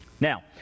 Now